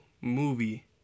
movie